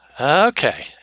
Okay